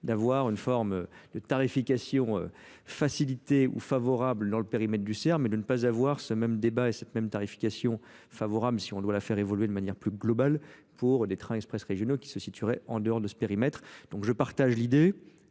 d'avoir une forme de tarification facilitée ou favorable dans le périmètre du sert mais de ne pas avoir ce même débat et cette même tarification. favorable si on doit la faire évoluer de manière plus globale pour des trains express régionaux qui se situeraient en dehors de ce périmètre. Donc je partage l'idée